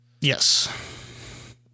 Yes